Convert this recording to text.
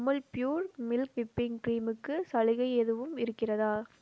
Amul pure milk whipping கிரீமுக்கு சலுகை எதுவும் இருக்கிறதா